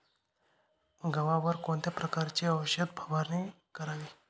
गव्हावर कोणत्या प्रकारची औषध फवारणी करावी?